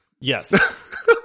Yes